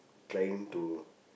trying to